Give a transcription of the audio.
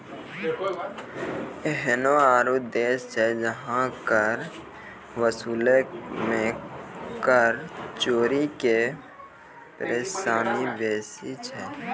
एहनो आरु देश छै जहां कर वसूलै मे कर चोरी के परेशानी बेसी छै